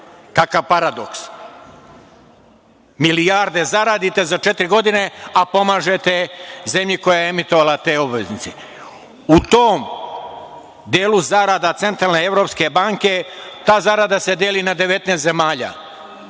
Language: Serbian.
Kakav paradoks. Milijarde zaradite za četiri godine, a pomažete zemlji koja je emitovala te obveznice. U tom delu zarada Centralne evropske banke se deli na 19 zemalja.